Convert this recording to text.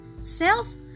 self